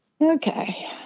Okay